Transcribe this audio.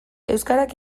euskarak